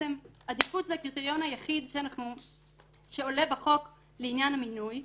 שעדיפות זה הקריטריון היחיד שעולה בחוק לעניין המינוי,